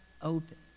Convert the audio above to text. open